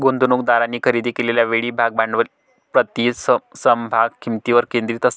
गुंतवणूकदारांनी खरेदी केलेल्या वेळी भाग भांडवल प्रति समभाग किंमतीवर केंद्रित असते